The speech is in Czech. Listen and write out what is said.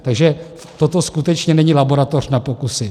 Takže toto skutečně není laboratoř na pokusy.